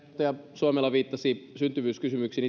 suomela viittasi syntyvyyskysymyksiin